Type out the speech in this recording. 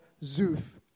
Zuf